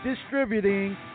Distributing